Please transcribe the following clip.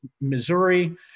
Missouri